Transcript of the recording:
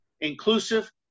inclusive